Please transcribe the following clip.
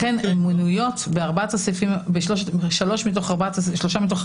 לכן הן מנויות בשלושה מתוך ארבעה הסעיפים